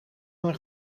een